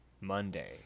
monday